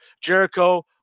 Jericho